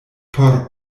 por